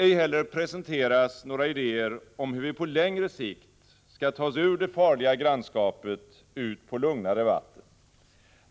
Ej heller presenteras några idéer om hur vi på längre sikt skall ta oss ur det farliga grannskapet ut på lugnare vatten.